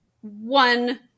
one